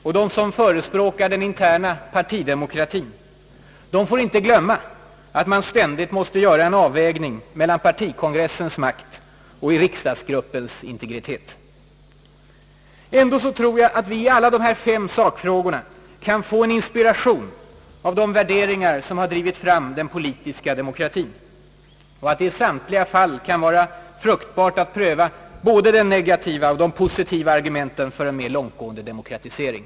Och de som förespråkar den interna partidemokratien får inte glömma att man ständigt måste göra en avvägning mellan partikongressens makt och riksdagsgruppens integritet. Ändå tror jag att vi i alla dessa fem sakfrågor kan få inspiration av de värderingar som har drivit fram den politiska demokratien och att det i samtliga fall kan vara fruktbart att pröva både de negativa och positiva argumenten för en mer långtgående demokratisering.